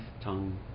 tongue